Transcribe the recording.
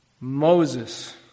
Moses